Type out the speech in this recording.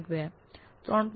2 3